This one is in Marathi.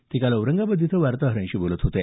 ते काल औरंगाबाद इथं वार्ताहरांशी बोलत होते